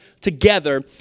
together